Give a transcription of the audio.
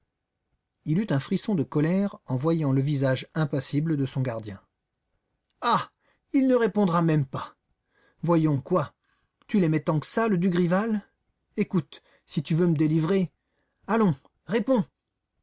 il eut un frisson de colère en voyant le visage impassible de son gardien ah il ne répondra même pas voyons quoi tu l'aimais tant que ça le dugrival écoute si tu veux me délivrer allons réponds